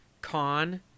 con